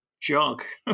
junk